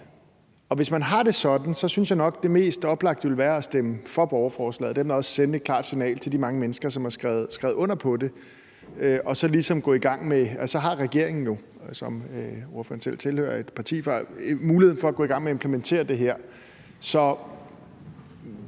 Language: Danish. Hvis man har det sådan, synes jeg nok at det mest oplagte ville være at stemme for borgerforslaget og dermed også sende et klart signal til de mange mennesker, som har skrevet under på det. For så har regeringen, som ordføreren selv tilhører et parti fra, jo muligheden for at gå i gang med at implementere det her.